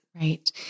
Right